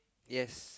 yes